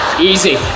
Easy